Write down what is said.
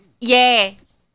Yes